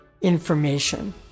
information